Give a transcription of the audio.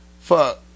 Fuck